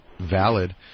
valid